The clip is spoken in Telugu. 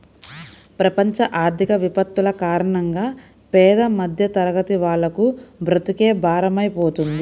ప్రపంచ ఆర్థిక విపత్తుల కారణంగా పేద మధ్యతరగతి వాళ్లకు బ్రతుకే భారమైపోతుంది